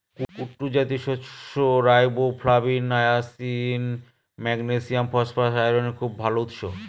কুট্টু জাতীয় শস্য riboflavin, niacin, magnesium, phosphorus, আয়রনের খুব ভাল উৎস